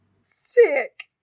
Sick